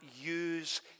use